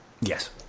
Yes